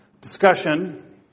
discussion